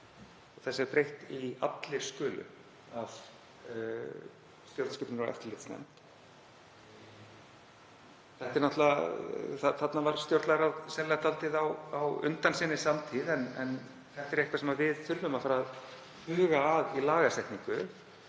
þessu er breytt í „allir skulu“ af stjórnskipunar- og eftirlitsnefnd. Þarna var stjórnlagaráð sennilega dálítið á undan sinni samtíð en þetta er eitthvað sem við þurfum að fara að huga að í lagasetningu,